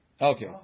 Okay